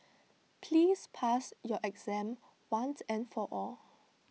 please pass your exam once and for all